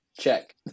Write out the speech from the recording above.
check